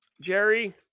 Jerry